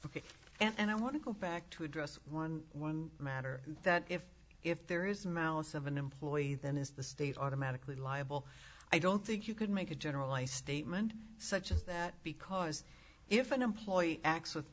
and i want to go back to address one one matter that if if there is a mouse of an employee then is the state automatically liable i don't think you could make a general ai statement such as that because if an employee acts with